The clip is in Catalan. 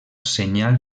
senyal